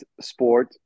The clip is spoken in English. sport